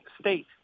state